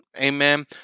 Amen